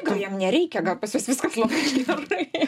gal jiem nereikia gal pas juos viskas labai gerai